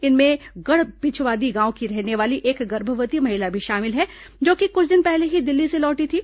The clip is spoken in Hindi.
इनमें गढ़पिछवादी गांव की रहने वाली एक गर्भवती महिला भी शामिल है जो कि कुछ दिन पहले ही दिल्ली से लौटी थी